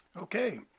Okay